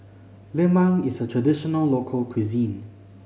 Lemang is a traditional local cuisine